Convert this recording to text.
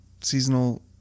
seasonal